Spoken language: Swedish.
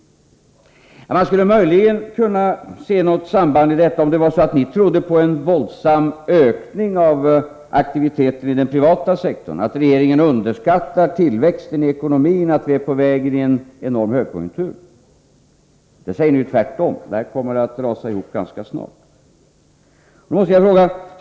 Man skulle möjligen kunna se något samband i detta, om det var så att ni trodde på en våldsam ökning av aktiviteten i den privata sektorn, att regeringen underskattar tillväxten i ekonomin, att vi är på väg in i en enorm högkonjunktur. Men ni säger ju tvärtom att det hela kommer att rasa ihop ganska snart.